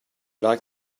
like